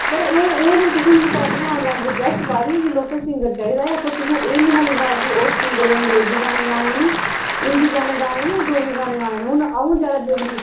पर एह् एह् ते तुसें मिकी पता तुसें ऑनलाइन रिक्वेस्ट पाई दी ही कि लोकल सिंगर चाहिदा ऐ पर तुसें एह् निं हा लिखे दा कि उस सिंगर ने अंग्रेजी गाने गाने न हिंदी गाने गाने न जां डोगरी गाने गाने न हून अ'ऊं ज्यादा डोगरी